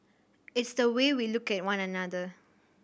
it's the way we look at one another